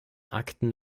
akten